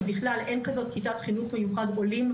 שבכלל אין כזו כיתת חינוך מיוחד לעולים,